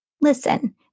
Listen